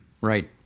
Right